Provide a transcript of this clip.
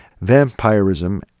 vampirism